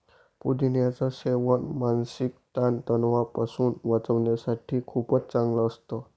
पुदिन्याच सेवन मानसिक ताण तणावापासून वाचण्यासाठी खूपच चांगलं असतं